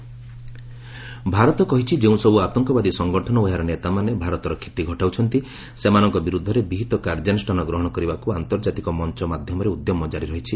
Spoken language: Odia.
ୟୁଏନ୍ ଆଜହର ଇଣ୍ଡିଆ ଭାରତ କହିଛି ଯେଉଁସବୁ ଆତଙ୍କବାଦୀ ସଂଗଠନ ଓ ଏହାର ନେତାମାନେ ଭାରତର କ୍ଷତି ଘଟାଉଛନ୍ତି ସେମାନଙ୍କ ବିରୁଦ୍ଧରେ ବିହୀତ କାର୍ଯ୍ୟାନୁଷ୍ଠାନ ଗ୍ରହଣ କରିବାକୁ ଆନ୍ତର୍ଜାତିକ ମଞ୍ଚ ମାଧ୍ୟମରେ ଉଦ୍ୟମ ଜାରି ରହିଛି